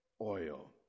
oil